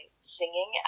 singing